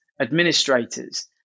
administrators